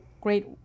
great